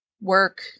work